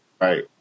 right